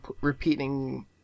repeating